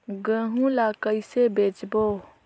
गहूं ला कइसे बेचबो?